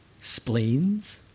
spleens